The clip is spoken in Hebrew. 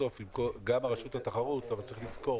בסוף, גם רשות התחרות, צריך לזכור